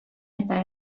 eta